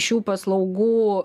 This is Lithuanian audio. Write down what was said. šių paslaugų